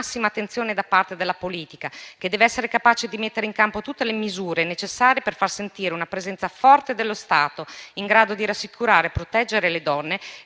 Grazie